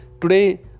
Today